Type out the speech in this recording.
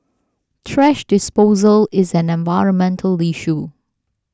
thrash disposal is an environmental issue